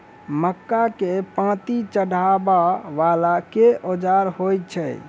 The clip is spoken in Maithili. मक्का केँ पांति चढ़ाबा वला केँ औजार होइ छैय?